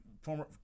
former